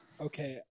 Okay